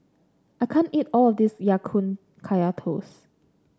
I can't eat all of this Ya Kun Kaya Toast